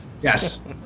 Yes